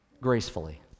gracefully